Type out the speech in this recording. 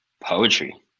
poetry